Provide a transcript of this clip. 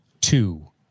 two